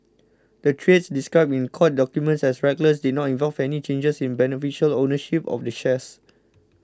the trades described in court documents as reckless did not involve any changes in beneficial ownership of the shares